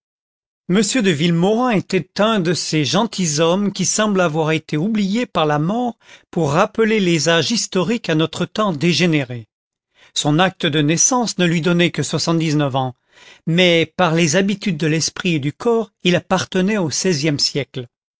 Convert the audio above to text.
m de villemaurin était un de ces gentilshommes qui semblent avoir été oubliés par la mort pour rappeler les âges historiques à notre temps dégénéré son acte de naissance ne lui donnait que soixante-dix-neuf ans mais par les habitudes de l'esprit et du corps il appartenait au xvi e siècle